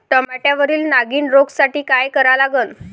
टमाट्यावरील नागीण रोगसाठी काय करा लागन?